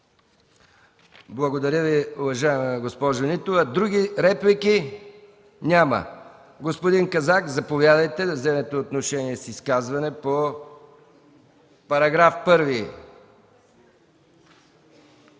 Благодаря Ви, уважаема госпожо Нитова. Други реплики? Няма. Господин Казак, заповядайте да вземете отношение с изказване по § 1.